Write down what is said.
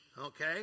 okay